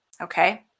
Okay